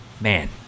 Man